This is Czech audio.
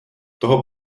toho